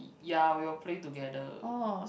ya we will play together